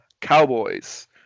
Cowboys